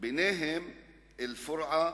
ביניהם אל-פורעה,